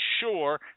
sure